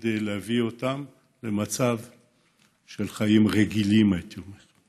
כדי להביא אותם למצב של חיים רגילים, הייתי אומר.